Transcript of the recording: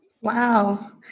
Wow